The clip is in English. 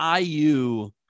iu